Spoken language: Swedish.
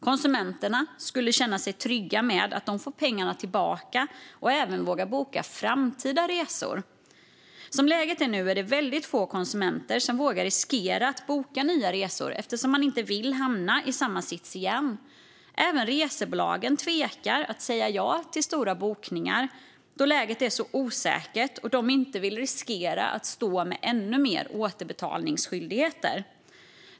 Konsumenterna skulle kunna känna sig trygga med att de får pengarna tillbaka och även våga boka framtida resor. Som läget är nu är det väldigt få konsumenter som vågar boka nya resor, eftersom de inte vill hamna i samma sits igen. Även resebolagen tvekar att säga ja till stora bokningar då läget är osäkert och de inte vill riskera att stå med ännu mer återbetalningskostnader.